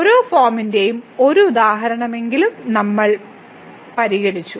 ഓരോ ഫോമിന്റെയും ഒരു ഉദാഹരണമെങ്കിലും നമ്മൾ പരിഗണിച്ചു